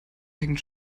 hängt